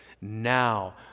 Now